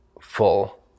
full